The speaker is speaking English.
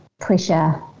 pressure